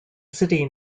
city